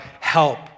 help